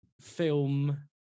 film